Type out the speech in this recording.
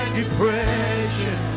depression